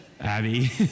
Abby